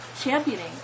championing